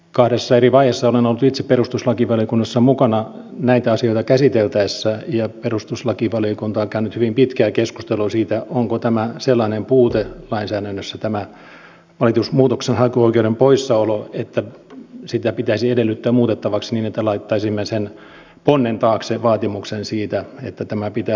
kahdessa eri vaiheessa olen itse ollut perustuslakivaliokunnassa mukana näitä asioita käsiteltäessä ja perustuslakivaliokunta on käynyt hyvin pitkää keskustelua siitä onko tämä muutoksenhakuoikeuden poissaolo sellainen puute lainsäädännössä että sitä pitäisi edellyttää muutettavaksi niin että laittaisimme sen ponnen taakse vaatimuksen siitä että tämä pitää saada